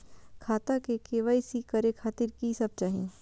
खाता के के.वाई.सी करे खातिर की सब चाही?